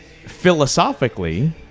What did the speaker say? philosophically